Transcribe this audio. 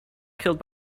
killed